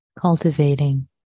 cultivating